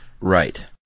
right